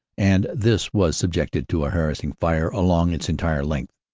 and this was subjected to a harassing fire along its entire length.